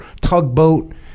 tugboat